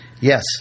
Yes